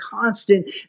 constant